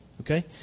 Okay